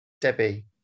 Debbie